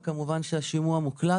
וכמובן שהשימוע מוקלט,